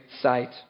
site